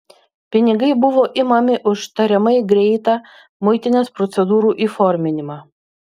pinigai buvo imami už tariamai greitą muitinės procedūrų įforminimą